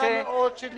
בבקשה.